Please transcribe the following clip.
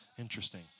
Interesting